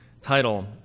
title